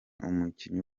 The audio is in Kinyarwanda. umukinnyi